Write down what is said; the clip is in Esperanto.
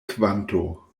kvanto